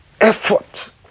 effort